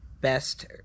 best